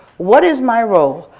what is my role?